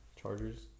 Chargers